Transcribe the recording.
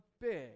big